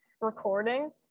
recording